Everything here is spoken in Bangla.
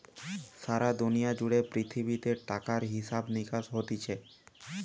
সারা দুনিয়া জুড়ে পৃথিবীতে টাকার হিসাব নিকাস হতিছে